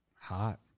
Hot